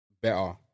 Better